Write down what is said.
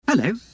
Hello